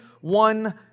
one